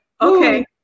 okay